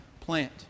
plant